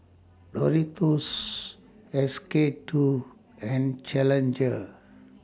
Doritos S K two and Challenger